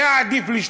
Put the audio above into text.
היה עדיף לשתוק,